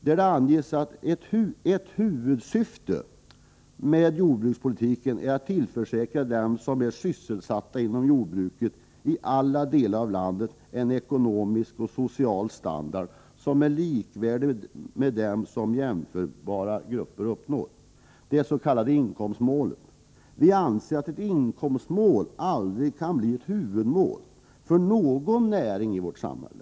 Där anges att ett huvudsyfte med jordbrukspolitiken är att tillförsäkra dem som är sysselsatta inom jordbruket, och det gäller alla delar av landet, en ekonomisk och social standard som är likvärdig med den som jämförbara grupper uppnår, det s.k. inkomstmålet. Vi anser att ett inkomstmål aldrig kan bli ett huvudmål för någon näring eller verksamhet i vårt samhälle.